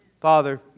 Father